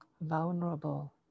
vulnerable